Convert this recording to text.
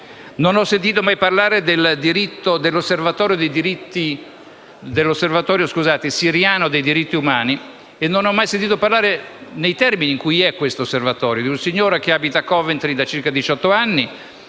Non ho mai sentito parlare dell'osservatorio siriano dei diritti umani e non ho mai sentito parlare nei termini in cui è questo osservatorio: è un signore che abita a Coventry da circa diciotto